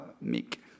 meek